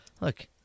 look